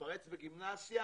תתפרץ בגימנסיה?